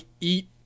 eat